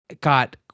got